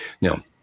Now